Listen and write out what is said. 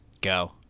Go